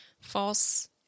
false